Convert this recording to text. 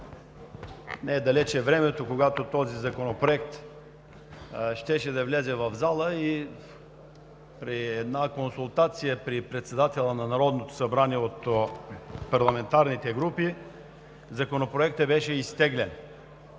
беше далече времето, когато този законопроект щеше да влезе в залата и при консултация при председателя на Народното събрание на парламентарните групи Законопроектът беше изтеглен,